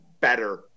better